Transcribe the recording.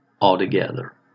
altogether